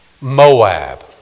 Moab